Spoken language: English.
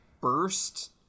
burst